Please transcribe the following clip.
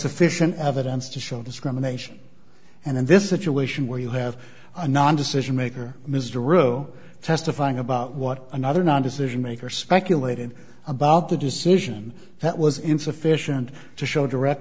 sufficient evidence to show discrimination and in this situation where you have a non decision maker mr o testifying about what another non decision maker speculated about the decision that was insufficient to show direct